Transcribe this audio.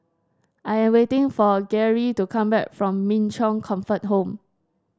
I am waiting for Geary to come back from Min Chong Comfort Home